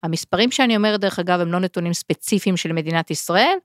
המספרים שאני אומרת, דרך אגב, הם לא נתונים ספציפיים של מדינת ישראל.